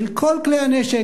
של כל כלי הנשק,